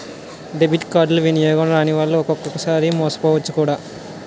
debit కార్డులు వినియోగం రానివాళ్లు ఒక్కొక్కసారి మోసపోవచ్చు కూడా